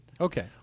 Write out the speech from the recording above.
Okay